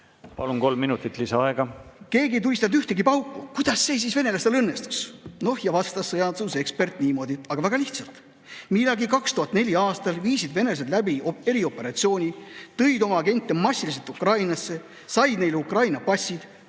Palun, kolm minutit lisaaega! Keegi ei tulistanud ühtegi pauku! Kuidas see siis venelastel õnnestus? Ja vastas sõjandusekspert niimoodi: aga väga lihtsalt! Millalgi 2004. aastal viisid venelased läbi erioperatsiooni, tõid oma agente massiliselt Ukrainasse, said neile Ukraina passid,